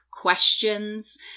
questions